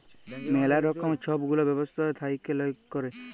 ম্যালা রকমের ছব গুলা ব্যবছা থ্যাইকে লক ক্যরে